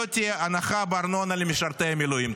לא תהיה הנחה בארנונה למשרתי המילואים.